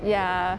ya